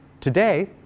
Today